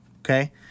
okay